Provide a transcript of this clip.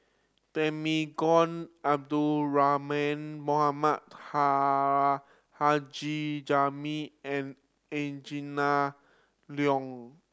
Temenggong Abdul Rahman Mohamed Taha Haji Jamil and Angela Liong